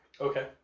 Okay